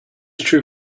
true